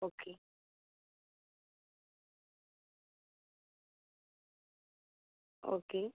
okay okay